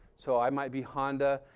so i might be honda,